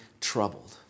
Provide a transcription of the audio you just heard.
troubled